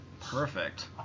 Perfect